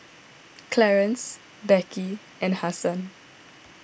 Clarance Beckie and Hasan